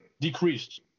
decreased